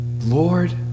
Lord